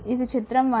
ఇది చిత్రం 1